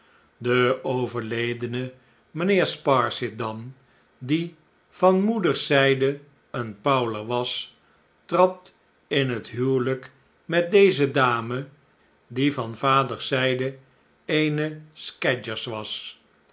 de overledene mijnheer sparsit dan die van moeders zijde een powler was trad in het huwelijk met deze dame die van vaders zijde eene scadgers was